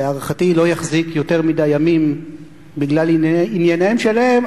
אבל להערכתי הוא לא יחזיק יותר מדי ימים בגלל ענייניהם שלהם,